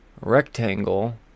rectangle